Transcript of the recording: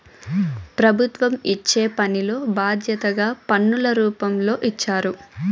ప్రభుత్వం ఇచ్చే పనిలో బాధ్యతగా పన్నుల రూపంలో ఇచ్చారు